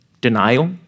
denial